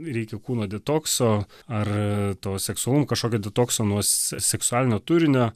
reikia kūno detokso ar to seksualumo kažkokio detokso nuo seksualinio turinio